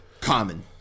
Common